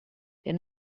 der